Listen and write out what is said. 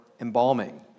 embalming